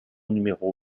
numéro